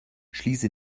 schließe